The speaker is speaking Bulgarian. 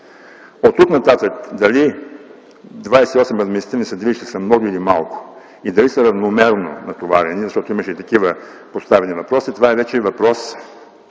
Оттук нататък дали 28 административни съдилища са много или малко и дали са равномерно натоварени, защото имаше и такива поставени въпроси, това е вече въпрос